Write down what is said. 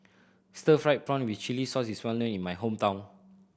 stir fried prawn with chili sauce is well known in my hometown